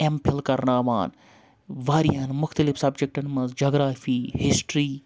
M phil کَرناوان واریاہَن مُختلِف سَبجَکٹَن منٛز جگرافی ہِسٹِرٛی